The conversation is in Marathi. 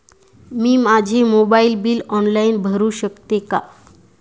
मी माझे मोबाइल बिल ऑनलाइन भरू शकते का?